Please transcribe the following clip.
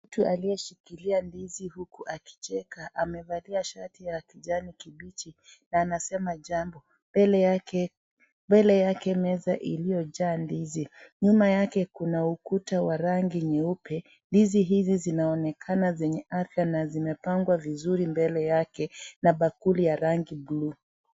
Mtu aliyeshikilia ndizi huku akicheka ,amevalia shati ya kijani kibichi na anasema jambo, mbele yake meza iliyojaa ndizi nyuma yake kuna ukuta wa rangi nyeupe. Ndizi hizi zinaonekana kuwa na afya na zimepangwa vizuri, mbele yake na bakuli ya rangi ya buluu.